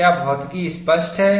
क्या भौतिकी स्पष्ट है